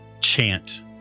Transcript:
chant